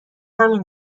همین